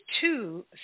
two